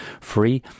free